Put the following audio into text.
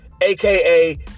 aka